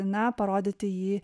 na parodyti jį